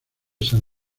san